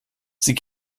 sie